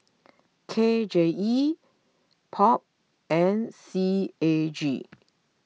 K J E Pop and C A G